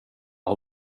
har